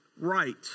right